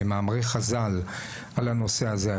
מאמרי חז"ל על הנושא הזה,